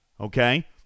Okay